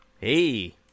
Hey